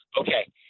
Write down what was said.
Okay